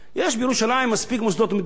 יש בירושלים מספיק מוסדות מדינה.